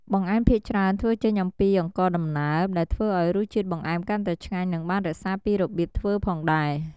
បង្អែមភាគច្រើនធ្វើចេញអំពីអង្ករដំណើប ដែលធ្វើឱ្យរសជាតិបង្អែមកាន់តែឆ្ងាញ់ និងបានរក្សាពីរបៀបធ្វើផងដែរ។